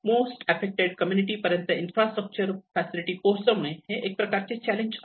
most affected community पर्यंत infrastructure facility पोहोचवणे हे एक प्रकारचे चॅलेंज आहे